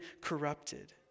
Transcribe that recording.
corrupted